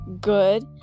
good